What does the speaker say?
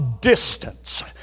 distance